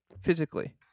physically